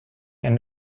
and